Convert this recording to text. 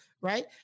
right